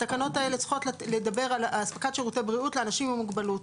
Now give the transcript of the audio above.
התקנות האלה צריכות לדבר על אספקת שירותי בריאות לאנשים עם מוגבלות.